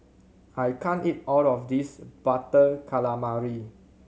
I can't eat all of this Butter Calamari